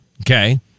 Okay